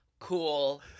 Cool